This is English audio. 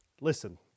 Listen